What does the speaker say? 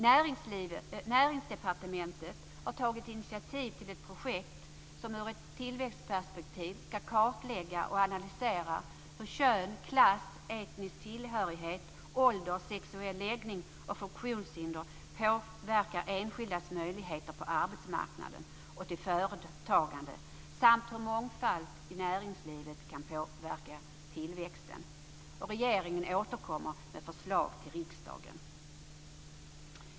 Näringsdepartementet har tagit initiativ till ett projekt som ur ett tillväxtperspektiv ska kartlägga och analysera hur kön, klass, etnisk tillhörighet, ålder, sexuell läggning och funktionshinder påverkar enskildas möjligheter på arbetsmarknaden och till företagande samt hur mångfald i näringslivet kan påverka tillväxten. Regeringen återkommer med förslag till riksdagen.